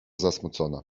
zasmucona